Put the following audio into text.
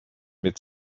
mit